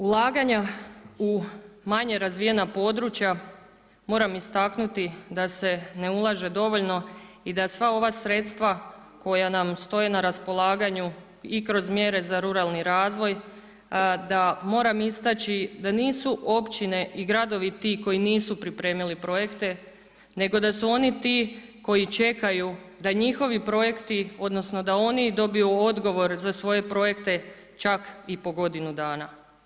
Ulaganja u manje razvijena područja, moram istaknuti da se ne ulaže dovoljno i da sva ova sredstva koja nam stoje na raspolaganju i kroz mjere za ruralni razvoj, da moram istaći da nisu općine i gradovi ti koji nisu pripremili projekte, nego da su oni ti koji čekaju da njihovi projekti odnosno da oni dobiju odgovor za svoje projekte, čak i po godinu dana.